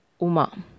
Uma